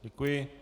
Děkuji.